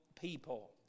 people